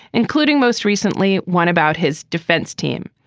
including, most recently, one about his defense team.